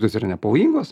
jos yra nepavojingos